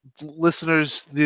listeners